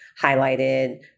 highlighted